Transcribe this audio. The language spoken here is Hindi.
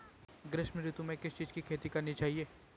ग्रीष्म ऋतु में किस चीज़ की खेती करनी चाहिये?